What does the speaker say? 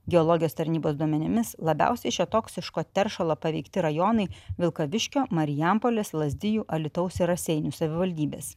geologijos tarnybos duomenimis labiausiai šio toksiško teršalo paveikti rajonai vilkaviškio marijampolės lazdijų alytaus ir raseinių savivaldybės